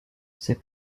ces